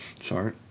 Sorry